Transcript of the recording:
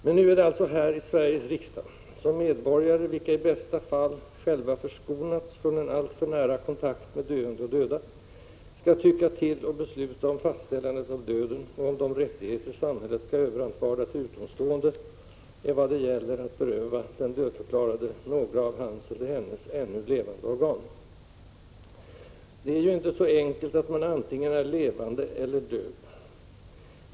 Men nu är det alltså här i Sveriges riksdag som medborgare, vilka i bästa fall själva förskonats från en alltför nära kontakt med döende och döda, skall ”tycka till” och besluta om fastställandet av döden och om de rättigheter samhället skall överantvarda till utomstående evad det gäller att beröva den dödförklarade några av hans eller hennes ännu levande organ. Men det är ju inte så enkelt att man antingen är levande eller död.